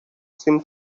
seem